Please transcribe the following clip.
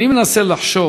אני מנסה לחשוב